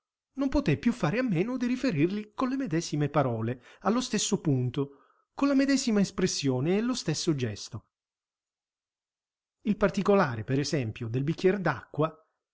non poté più fare a meno di riferirli con le medesime parole allo stesso punto con la medesima espressione e lo stesso gesto il particolare per esempio del bicchier